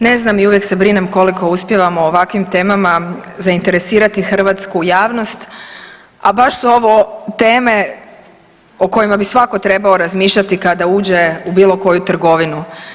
Ne znam i uvijek se brinem koliko uspijevamo ovakvim temama zainteresirati hrvatsku javnost, a baš su ovo teme o kojima bi svako trebao razmišljati kada uđe u bilo koju trgovinu.